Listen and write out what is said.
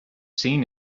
seen